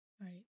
Right